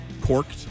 Corked